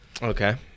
Okay